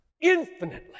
Infinitely